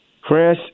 Chris